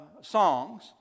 songs